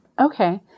Okay